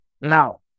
now